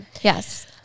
yes